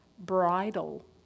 bridle